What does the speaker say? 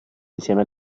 insieme